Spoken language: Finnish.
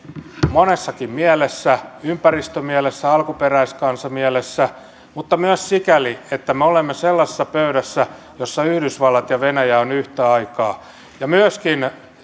monessakin mielessä ympäristömielessä alkuperäiskansamielessä mutta myös sikäli että me olemme sellaisessa pöydässä jossa yhdysvallat ja venäjä ovat yhtä aikaa myöskin